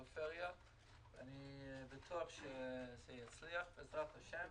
אני בטוח שזה יצליח, בעזרת השם.